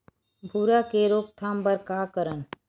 भूरा के रोकथाम बर का करन?